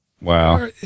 Wow